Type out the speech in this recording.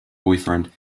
boyfriend